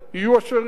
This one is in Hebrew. יהיו אשר יהיו.